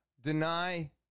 deny